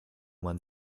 man